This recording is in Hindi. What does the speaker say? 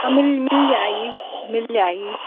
हाँ मिल मिल जाएंगी मिल जाएंगी